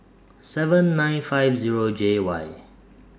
seven nine five Zero J Y